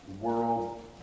world